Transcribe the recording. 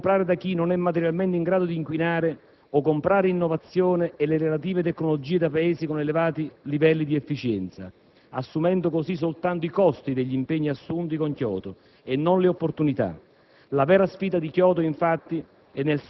Comprare crediti significa o comprare da chi non è materialmente in grado di inquinare o comprare innovazione e le relative tecnologie da Paesi con elevati livelli di efficienza, assumendo così soltanto i costi degli impegni assunti con Kyoto e non le opportunità.